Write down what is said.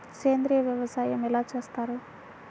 సేంద్రీయ వ్యవసాయం ఎలా చేస్తారు?